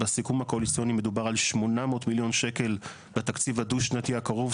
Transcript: בסיכומים הקואליציוניים מדובר על 800 מיליון שקל לתקציב הדו-שנתי הקרוב,